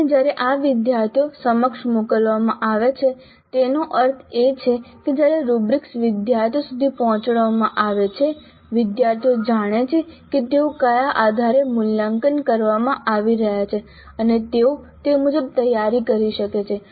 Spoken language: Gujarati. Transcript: અને જ્યારે આ વિદ્યાર્થીઓ સમક્ષ મોકલવામાં આવે છે તેનો અર્થ એ છે કે જ્યારે રુબ્રીક્સ વિદ્યાર્થીઓ સુધી પહોંચાડવામાં આવે છે વિદ્યાર્થીઓ જાણે છે કે તેઓ કયા આધારે મૂલ્યાંકન કરવામાં આવી રહ્યા છે અને તેઓ તે મુજબ તૈયારી કરી શકે છે